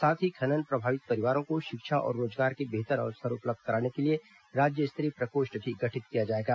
साथ ही खनन प्रभावित परिवारों को शिक्षा और रोजगार के बेहतर अवसर उपलब्ध कराने के लिए राज्य स्तरीय प्रकोष्ठ भी गठित किया जाएगा